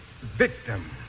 victim